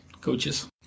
coaches